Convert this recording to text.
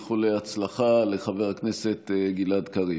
איחולי הצלחה לחבר הכנסת גלעד קריב.